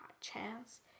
chance